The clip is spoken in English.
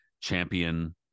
Champion